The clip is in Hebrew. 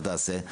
זה תעשה.